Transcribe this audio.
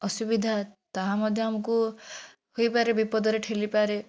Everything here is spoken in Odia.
ଅସୁବିଧା ତାହା ମଧ୍ୟ ଆମକୁ ହେଇପାରେ ବିପଦରେ ଠେଲିପାରେ